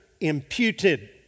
imputed